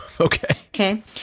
Okay